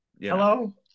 hello